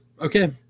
Okay